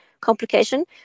complication